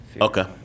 Okay